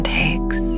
takes